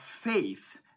faith